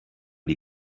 die